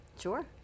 Sure